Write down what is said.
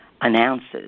announces